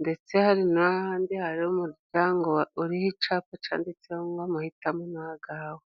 Ndetse hari n'ahandi hari umuryango uriho icapa canditseho ngo amahitamo ni agawe.